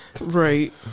Right